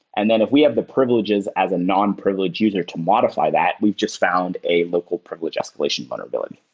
and then if we have the privileges as a non-privileged user to modify that, we've just found a local privilege escalation vulnerability.